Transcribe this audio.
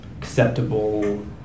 acceptable